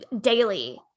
daily